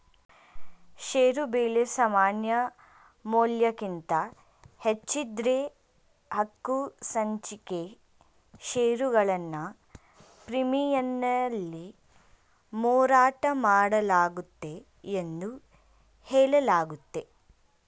ಷೇರು ಬೆಲೆ ಸಮಾನಮೌಲ್ಯಕ್ಕಿಂತ ಹೆಚ್ಚಿದ್ದ್ರೆ ಹಕ್ಕುಸಂಚಿಕೆ ಷೇರುಗಳನ್ನ ಪ್ರೀಮಿಯಂನಲ್ಲಿ ಮಾರಾಟಮಾಡಲಾಗುತ್ತೆ ಎಂದು ಹೇಳಲಾಗುತ್ತೆ